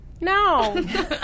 No